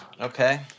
Okay